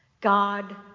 God